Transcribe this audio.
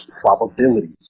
probabilities